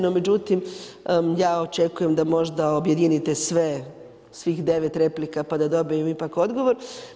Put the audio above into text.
No međutim, ja očekujem da možda objedinite sve, svih devet replika, pa da dobijem ipak odgovor.